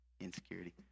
Insecurity